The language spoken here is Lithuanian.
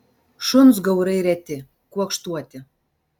šuns gaurai reti kuokštuoti